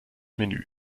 menü